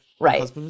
Right